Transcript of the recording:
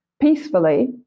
peacefully